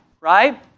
right